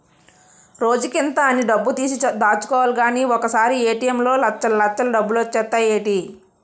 రోజుకింత అని డబ్బుతీసి దాచుకోలిగానీ ఒకసారీ ఏ.టి.ఎం లో లచ్చల్లచ్చలు డబ్బులొచ్చేత్తాయ్ ఏటీ?